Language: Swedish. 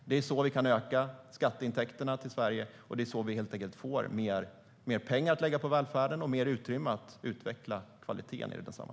Det är så vi kan öka skatteintäkterna till Sverige. Det är så vi helt enkelt får mer pengar att lägga på välfärden och mer utrymme att utveckla kvaliteten i densamma.